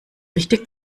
richtig